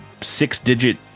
six-digit